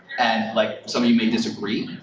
and like some of you may disagree,